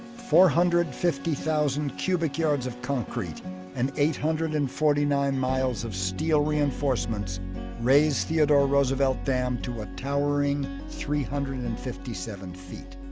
four hundred fifty thousand cubic yards of concrete and eight hundred and forty nine miles of steel reinforcements raised theodore roosevelt dam to a towering three hundred and fifty seven feet.